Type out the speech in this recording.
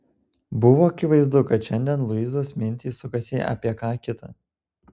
buvo akivaizdu kad šiandien luizos mintys sukasi apie ką kita